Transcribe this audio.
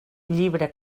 llibre